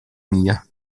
mia